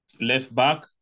left-back